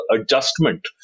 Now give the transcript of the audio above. adjustment